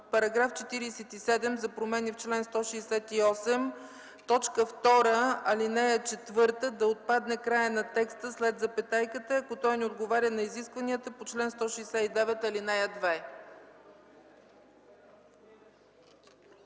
в § 47 за промени в чл. 168, - в т. 2, ал. 4 да отпадне краят на текста след запетайката „ако той не отговаря на изискванията по чл. 169, ал. 2”.